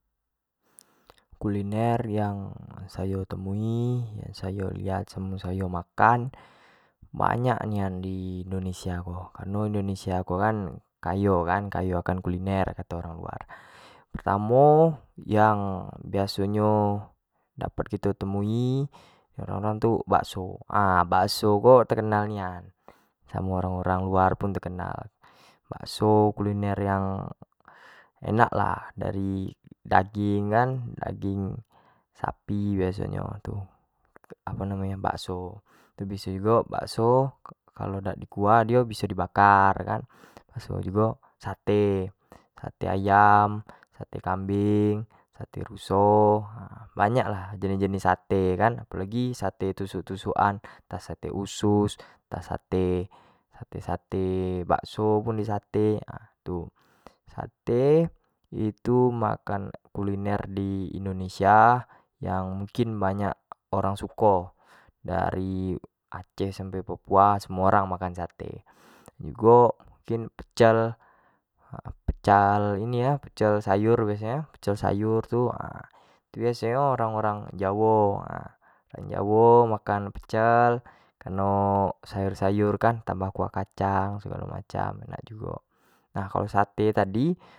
Kuliner yang ayo temui sayo lihat samo sayo makan banyak nian di indonesia ko, kareno indonesia ko kayo kan kayo akan kuliner kato orang luar pertamo yang biaso nyo dapat kito temui orang-orang tu bakso bakso ko terkenal nian samo orang-orang luar pun terkenal, bakso kuliner yang enak lah dari daging kan, daging sapi biaso nyo tu apo namo nyo bakso, biso jugo bakso kalo dak di kuah dio biso di bakar kan bakso jugo sate, sate ayam, sate kambing, sate ruso ha, banyak lah jenis-jenis sate kan apolagi jenis sate tusuk-tusuk an ntah sate ususu, ntah sate, sate-ste bakso pun di sate, nah itu sate itu kuliner di indonesia yang mugkin banyak orang suko dari aceh sampai papua semua orang makan sate, jugo mungkin pecel, pecal sayur biaso kan, pecal sayur tu biaso nyo orang-orang jawo na, orang jawo makan pecal kareno sayur-sayur kan tambah kuah kacang egalo macam enak jug, nah kalua sate tadi.